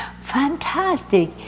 fantastic